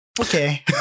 okay